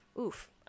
Oof